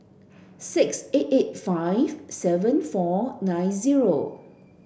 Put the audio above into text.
six eight eight five seven four nine zero